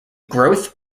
growth